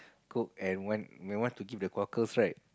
cook and when when want to keep the cockles right